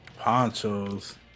ponchos